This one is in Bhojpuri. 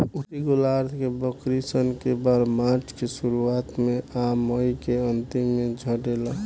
उत्तरी गोलार्ध के बकरी सन के बाल मार्च के शुरुआत में आ मई के अन्तिम में झड़ेला